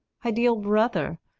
ideal brother,